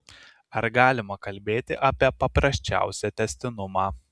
ar galima kalbėti apie paprasčiausią tęstinumą